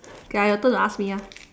okay ah your turn to ask me ah